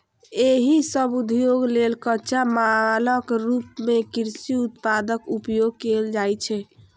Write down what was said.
एहि सभ उद्योग लेल कच्चा मालक रूप मे कृषि उत्पादक उपयोग कैल जाइ छै